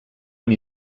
amb